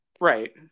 Right